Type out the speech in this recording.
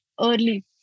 early